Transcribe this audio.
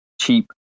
cheap